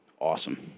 Awesome